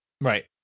Right